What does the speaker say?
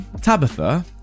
Tabitha